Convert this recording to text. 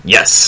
Yes